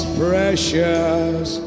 precious